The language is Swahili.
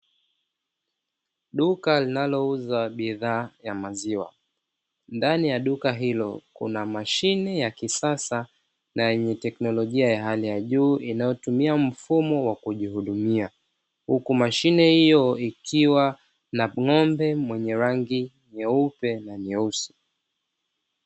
Duka linalouza bidhaa yaaziwa ndani ya duka hilo kuna mashine ya kisasa na yenye teknolojia ya hali ya juu inayotumia mfumo wa kujihudumia. Huku mashine hiyo ikiwa na ng'ombe mwenye rangi nyeupe na nyeusi.